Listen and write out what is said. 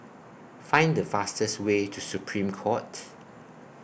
Find The fastest Way to Supreme Court